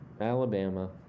Alabama